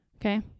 Okay